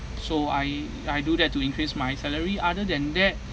so I I do that to increase my salary other than that